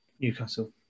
Newcastle